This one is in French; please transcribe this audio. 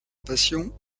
passion